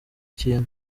kintu